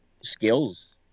skills